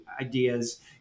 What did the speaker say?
ideas